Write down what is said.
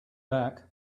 back